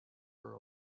her